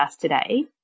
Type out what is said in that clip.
today